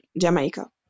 Jamaica